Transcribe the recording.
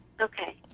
Okay